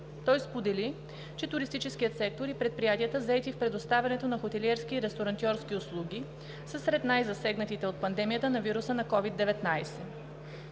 Той сподели, че туристическият сектор и предприятията, заети в предоставянето на хотелиерски и ресторантьорски услуги, са сред най-засегнатите от пандемията на вируса на COVID-19.